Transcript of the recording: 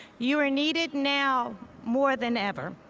you are needed now more than ever,